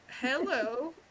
hello